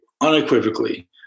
unequivocally